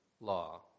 law